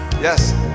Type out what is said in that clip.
Yes